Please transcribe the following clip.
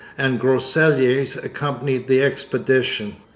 and groseilliers accompanied the expedition.